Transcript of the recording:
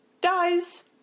dies